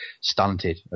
stunted